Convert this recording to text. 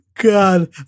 God